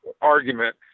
argument